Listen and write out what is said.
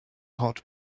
hot